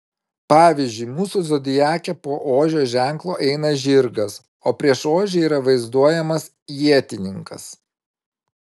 pavyzdžiui mūsų zodiake po ožio ženklo eina žirgas o prieš ožį yra vaizduojamas ietininkas